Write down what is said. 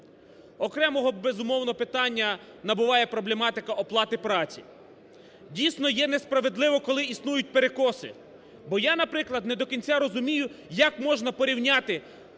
Окремого, безумовно, питання набуває проблематика оплати праці. Дійсно, є несправедливо, коли існують перекоси. Бо я, наприклад, не до кінця розумію, як можна порівняти,